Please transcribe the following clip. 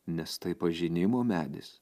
nes tai pažinimo medis